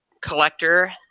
collector